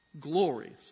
glorious